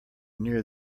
near